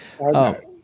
Okay